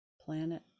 planet